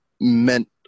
meant